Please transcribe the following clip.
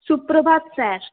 Suprabhat sir